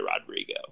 Rodrigo